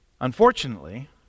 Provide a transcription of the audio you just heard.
Unfortunately